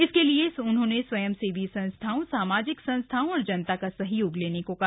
इसके लिए उन्होंने स्वयंसेवी संस्थाओं सामाजिक संस्थाओं और जनता का सहयोग लेने को कहा